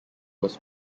was